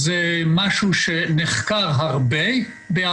אבל נהיה הרבה יותר חכמים אחרי שנעשה פיילוט עם 30 נבדקים.